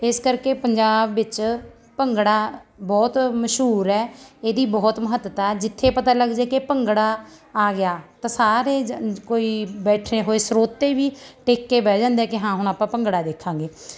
ਇਸ ਕਰਕੇ ਪੰਜਾਬ ਵਿੱਚ ਭੰਗੜਾ ਬਹੁਤ ਮਸ਼ਹੂਰ ਹੈ ਇਹਦੀ ਬਹੁਤ ਮਹੱਤਤਾ ਹੈ ਜਿੱਥੇ ਪਤਾ ਲੱਗ ਜੇ ਕਿ ਭੰਗੜਾ ਆ ਗਿਆ ਤਾਂ ਸਾਰੇ ਜ ਕੋਈ ਬੈਠੇ ਹੋਏ ਸਰੋਤੇ ਵੀ ਟਿਕ ਕੇ ਬਹਿ ਜਾਂਦੇ ਕਿ ਹਾਂ ਹੁਣ ਆਪਾਂ ਭੰਗੜਾ ਦੇਖਾਂਗੇ